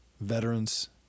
veterans